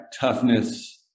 toughness